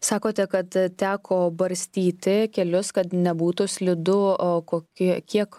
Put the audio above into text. sakote kad teko barstyti kelius kad nebūtų slidu o kokie kiek